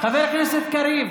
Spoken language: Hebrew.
חבר הכנסת קריב,